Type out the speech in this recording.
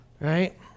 right